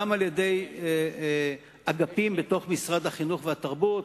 גם על-ידי אגפים במשרד החינוך והתרבות,